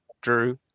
drew